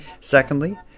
Secondly